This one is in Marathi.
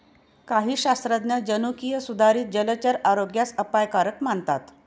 काही शास्त्रज्ञ जनुकीय सुधारित जलचर आरोग्यास अपायकारक मानतात